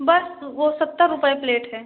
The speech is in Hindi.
बस वो सत्तर रुपये प्लेट है